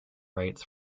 rights